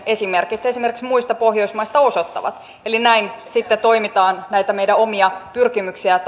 esimerkit esimerkiksi muista pohjoismaista osoittavat näin sitten toimitaan näitä meidän omia pyrkimyksiämme